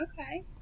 Okay